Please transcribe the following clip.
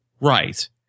Right